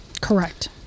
Correct